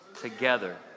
together